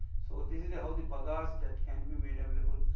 so, this is the how the bagasse that can be made available,